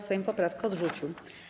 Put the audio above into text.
Sejm poprawkę odrzucił.